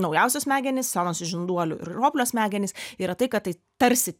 naujausios smegenys senosios žinduolių ir roplio smegenys yra tai kad tai tarsi